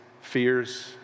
fears